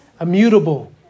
immutable